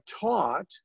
taught